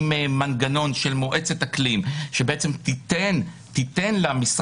עם מנגנון של מועצת אקלים שתיתן למשרד